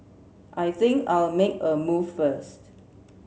I think I'll make a move first